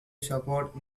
support